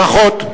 ברכות.